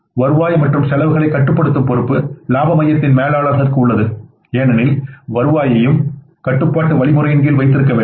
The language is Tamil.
வருவாய் மற்றும் செலவுகளை கட்டுப்படுத்தும் பொறுப்பு இலாப மையத்தின் மேலாளர்களுக்கு உள்ளது ஏனெனில் வருவாயையும் கட்டுப்பாட்டு வழிமுறையின் கீழ் வைத்திருக்க வேண்டும்